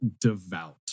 devout